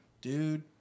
Dude